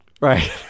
right